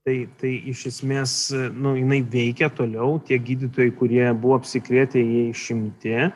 taip tai iš esmės nu jinai veikia toliau tie gydytojai kurie buvo apsikrėtę jie išimti